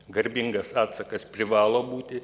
garbingas atsakas privalo būti